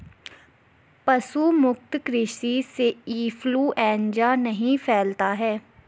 पशु मुक्त कृषि से इंफ्लूएंजा नहीं फैलता है